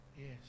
Yes